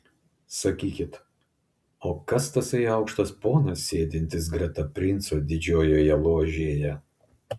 sakykit o kas tasai aukštas ponas sėdintis greta princo didžiojoje ložėje